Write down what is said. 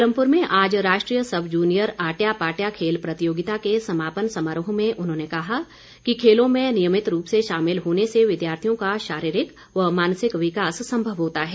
पालमपुर में आज राष्ट्रीय सब जूनियर आट्या पाट्या खेल प्रतियोगिता के समापन समारोह में उन्होंने कहा कि खेलों में नियमित रूप से शामिल होने से विद्यार्थियों का शारीरिक व मानसिक विकास संभव होता है